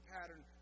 pattern